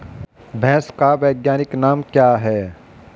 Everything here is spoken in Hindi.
भैंस का वैज्ञानिक नाम क्या है?